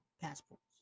passports